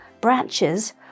branches